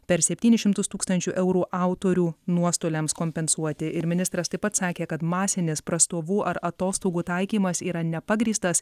per septynis šimtus tūkstančių eurų autorių nuostoliams kompensuoti ir ministras taip pat sakė kad masinis prastovų ar atostogų taikymas yra nepagrįstas